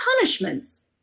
punishments